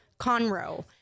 Conroe